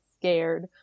scared